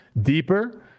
deeper